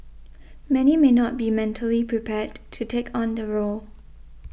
many may not be mentally prepared to take on the role